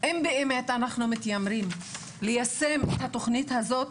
אם באמת אנחנו מתיימרים ליישם את התוכנית הזאת,